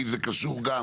כי זה קשור גם